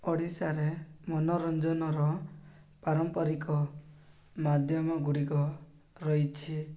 ଓଡ଼ିଶାରେ ମନୋରଞ୍ଜନର ପାରମ୍ପରିକ ମାଧ୍ୟମ ଗୁଡ଼ିକ ରହିଛି